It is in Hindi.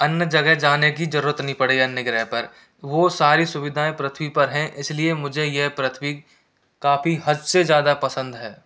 अन्य जगह जाने की ज़रूरत नहीं पड़ी अन्य ग्रह पर वो सारी सुविधाएँ पृथ्वी पर है इस लिए मुझे ये पृथ्वी काफ़ी हद से ज़्यादा पसंद है